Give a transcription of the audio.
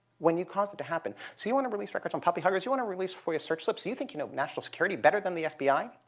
when you cause it to happen. so you want to release records on puppy huggers? you want to release foia search slips? you you think you know national security better than the fbi?